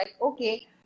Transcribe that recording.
okay